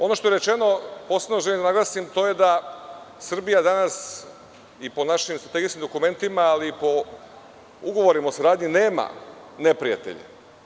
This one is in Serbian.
Ono što je rečeno, a posebno želim da naglasim, to je da Srbija danas i po našim strategijskim dokumentima i po ugovorima o saradnji nema neprijatelje.